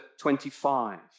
25